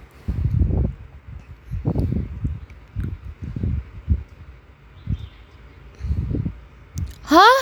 !huh!